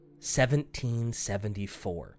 1774